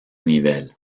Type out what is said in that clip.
nivel